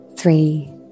Three